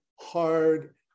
hard